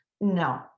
no